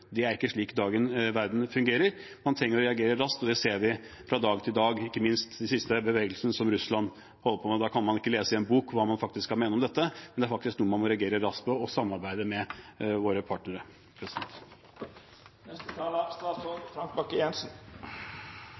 Det er ikke slik dagens verden fungerer. Man trenger å reagere raskt, og det ser vi fra dag til dag, ikke minst i de siste bevegelsene til Russland. Da kan man ikke lese i en bok hva man faktisk skal mene om dette, men det er noe man må reagere raskt på og samarbeide med våre partnere